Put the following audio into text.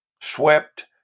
swept